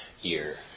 year